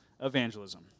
evangelism